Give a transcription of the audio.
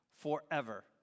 forever